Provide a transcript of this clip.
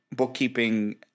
Bookkeeping